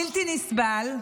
בלתי נסבל.